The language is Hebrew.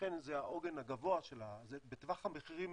ולכן זה העוגן הגבוה של בטווח המחירים